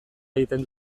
egiten